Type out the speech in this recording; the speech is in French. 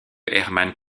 hermann